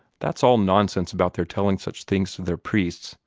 that's all nonsense about their telling such things to their priests,